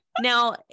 Now